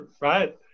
right